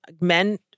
Men